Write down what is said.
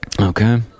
Okay